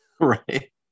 Right